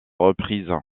reprises